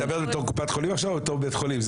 את מדברת בתור קופת החולים עכשיו או בתור בית החולים?